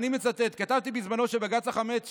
כתבתי בזמנו שבג"ץ החמץ,